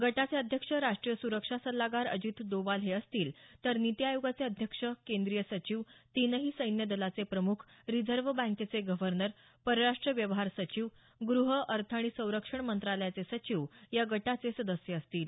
गटाचे अध्यक्ष राष्टीय सुरक्षा सल्लागार अजित डोवाल हे असतील तर नीती आयोगाचे अध्यक्ष केंद्रीय सचिव तीनही सैन्य दलाचे प्रमुख रिजर्व्ह बँकेचे गव्हर्नर परराष्ट्र व्यवहार सुचिव गृह अर्थ आणि संरक्षण मंत्रालयाचे सचिव या गटाचे सदस्य असतील